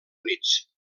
units